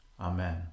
Amen